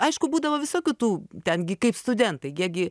aišku būdavo visokių tų ten gi kaip studentai jie gi